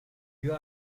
you